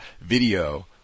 video